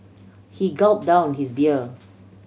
he gulp down his beer